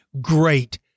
Great